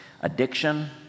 Addiction